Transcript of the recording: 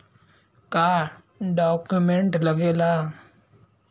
का डॉक्यूमेंट लागेला?